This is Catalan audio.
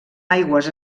aigües